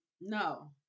No